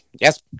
yes